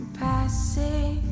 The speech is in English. passing